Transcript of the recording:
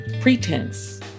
pretense